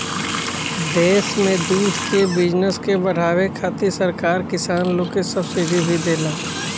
देश में दूध के बिजनस के बाढ़ावे खातिर सरकार किसान लोग के सब्सिडी भी देला